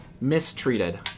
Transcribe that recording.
mistreated